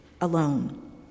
alone